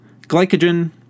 glycogen